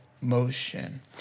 motion